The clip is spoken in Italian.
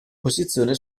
posizione